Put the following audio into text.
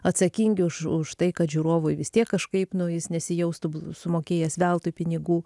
atsakingi už už tai kad žiūrovui vis tiek kažkaip nu jis nesijaustų sumokėjęs veltui pinigų